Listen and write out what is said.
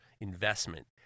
investment